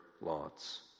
Lot's